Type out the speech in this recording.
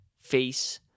Face